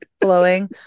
Blowing